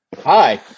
Hi